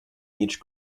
each